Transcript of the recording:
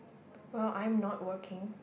well I'm not working